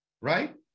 right